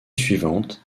suivante